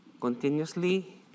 continuously